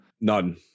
none